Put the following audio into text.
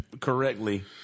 correctly